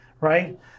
right